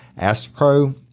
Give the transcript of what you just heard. AstroPro